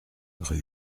rue